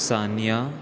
Sania